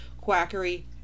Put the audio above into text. quackery